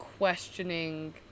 questioning